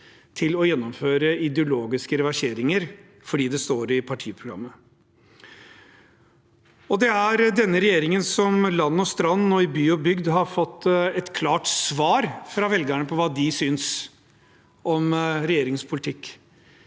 til å gjennomføre ideologiske reverseringer fordi det står i partiprogrammet. Det er denne regjeringen som land og strand rundt og i by og bygd har fått et klart svar fra velgerne på hva de synes om regjeringens politikk,